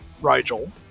Rigel